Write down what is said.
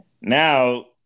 Now